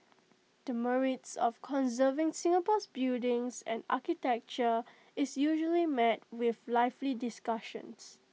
the merits of conserving Singapore's buildings and architecture is usually met with lively discussions